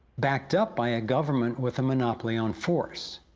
backed up by a government with a monopoly on force.